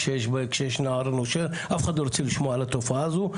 כשיש נער נושר אף אחד לא רוצה לשמוע על התופעה הזאת,